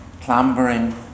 clambering